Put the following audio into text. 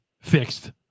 fixed